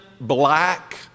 black